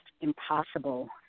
impossible